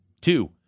two